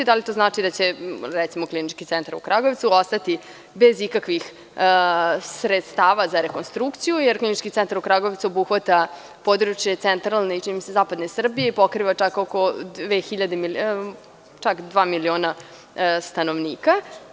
Da li to znači da će, recimo, Klinički centar u Kragujevcu ostati bez ikakvih sredstava za rekonstrukciju jer Klinički centar u Kragujevcu obuhvata područje centralne i, čini mi se, zapadne Srbije i pokriva čak dva miliona stanovnika?